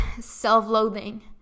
self-loathing